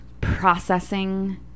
processing